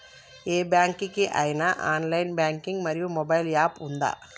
ఏ bank కి ఐనా online banking మరియు మొబైల్ యాప్ ఉందా?